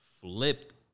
Flipped